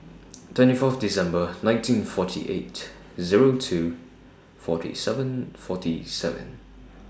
twenty Fourth December nineteen forty eight Zero two forty seven forty seven